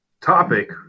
topic